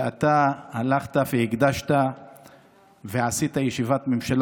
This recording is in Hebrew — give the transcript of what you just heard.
ואתה הלכת והקדשת ועשית ישיבת ממשלה